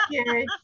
Okay